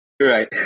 Right